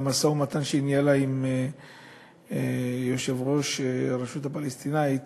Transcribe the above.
במשא-ומתן שניהלה עם יושב-ראש הרשות הפלסטינית